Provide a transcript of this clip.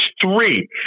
three